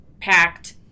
packed